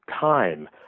time